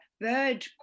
bird